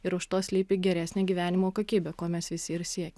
ir už to slypi geresnė gyvenimo kokybė ko mes visi ir siekiam